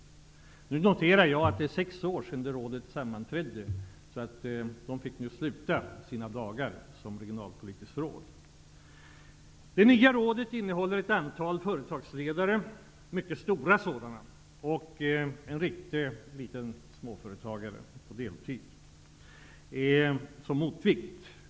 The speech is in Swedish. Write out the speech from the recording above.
Jag noterar att det nu är sex år sedan det rådet sammanträdde. Det fick sluta sina dagar som regionalpolitiskt råd. Det nya rådet består av ett antal företagsledare för stora företag och en riktig liten småföretagare på deltid som motvikt.